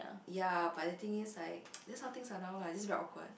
ya but the thing is like this are how things are now lah it's just very awkward